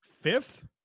Fifth